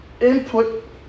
Input